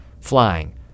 flying